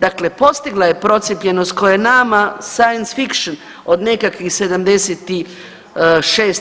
Dakle postigla je procijepljenost koja je nama science fiction od nekakvih 76